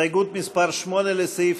ההסתייגות (7) של קבוצת סיעת